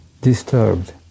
disturbed